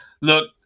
look